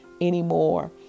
anymore